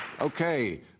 Okay